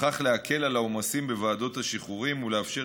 ובכך להקל את העומסים בוועדות השחרורים ולאפשר